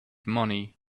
money